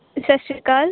ਸਤਿ ਸ਼੍ਰੀ ਅਕਾਲ